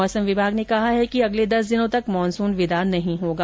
मौसम विभाग ने कहा है कि अगले दस दिनों तक मानसून विदा नहीं होगा